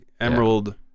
emerald